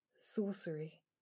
sorcery